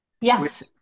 Yes